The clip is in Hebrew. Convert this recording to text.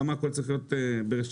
יש להם רשימת מוצרים מצומצמת.